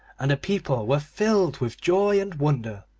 and the people were filled with joy and wonder.